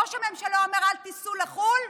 כשראש הממשלה אומר: אל תיסעו לחו"ל,